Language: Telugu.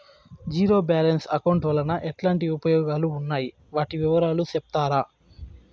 జీరో బ్యాలెన్స్ అకౌంట్ వలన ఎట్లాంటి ఉపయోగాలు ఉన్నాయి? వాటి వివరాలు సెప్తారా?